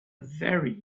very